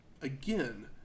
again